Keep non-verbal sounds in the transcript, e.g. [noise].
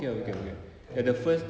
ya kan [noise]